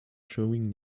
showing